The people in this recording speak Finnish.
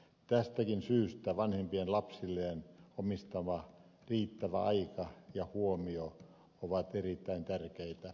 tästäkin syystä vanhempien lapsilleen omistama riittävä aika ja huomio ovat erittäin tärkeitä